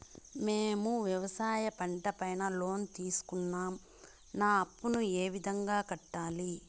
మేము వ్యవసాయ పంట పైన లోను తీసుకున్నాం నా అప్పును ఏ విధంగా కట్టాలి